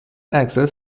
access